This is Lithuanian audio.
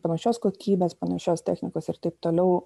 panašios kokybės panašios technikos ir taip toliau